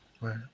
right